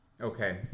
Okay